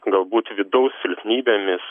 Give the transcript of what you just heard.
galbūt vidaus silpnybėmis